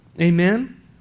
Amen